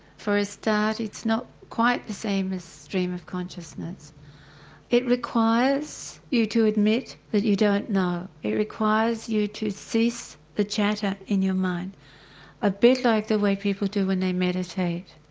for a start it's not quite the same as stream of consciousness it requires you to admit that you don't know, it requires you to cease the chatter in your mind a bit like the way people do when they meditate.